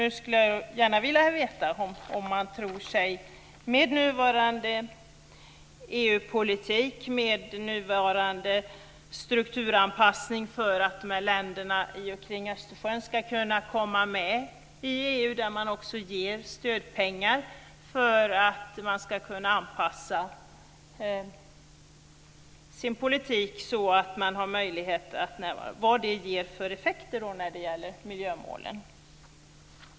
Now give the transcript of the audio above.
Nu skulle jag gärna vilja veta vad man tror att nuvarande EU-politik, med nuvarande strukturanpassning för att länderna kring Östersjön ska kunna komma med i EU - där det också ges stödpengar för att man ska kunna anpassa sin politik så att man har möjlighet att gå med - ger för effekter när det gäller miljömålen.